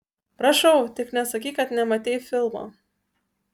prašau tik nesakyk kad nematei filmo